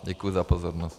Děkuji za pozornost.